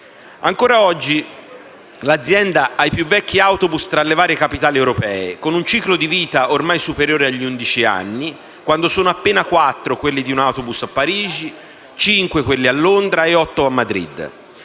Ancora oggi l'Azienda ha i più vecchi autobus tra le varie capitali europee con un ciclo di vita ormai superiore agli undici anni, quando sono appena quattro quelli di un autobus a Parigi, cinque quelli a Londra e otto a Madrid.